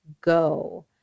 go